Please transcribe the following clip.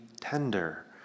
tender